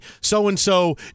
so-and-so